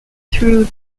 through